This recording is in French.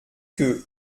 que